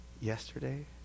yesterday